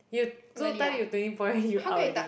you two time you twenty point you out already